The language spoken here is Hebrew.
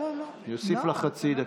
אוסיף לך חצי דקה.